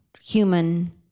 human